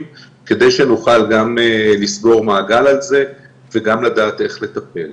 כדי שנוכל גם לסגור מעגל על זה וגם לדעת איך לטפל.